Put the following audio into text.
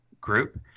group